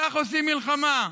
כך עושים מלחמה.